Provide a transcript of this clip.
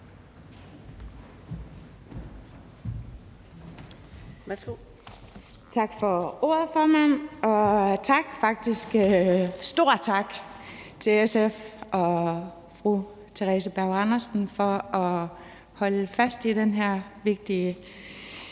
Tak for ordet, formand, og stor tak til SF og fru Theresa Berg Andersen for at holde fast i den her vigtige